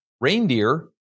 reindeer